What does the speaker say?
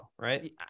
Right